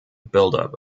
buildup